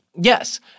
Yes